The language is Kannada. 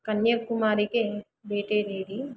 ಕನ್ಯಾಕುಮಾರಿಗೆ ಭೇಟಿ ನೀಡಿ